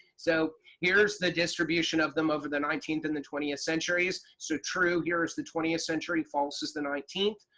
so here's the distribution of them over the nineteenth and the twentieth centuries. so true here is the twentieth century. false is the nineteenth.